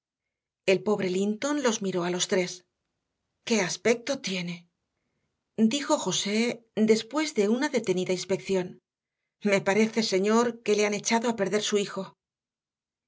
el pobre linton los miró a los tres qué aspecto tiene dijo josé después de una detenida inspección me parece señor que le han echado a perder su hijo